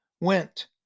went